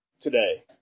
today